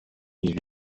ils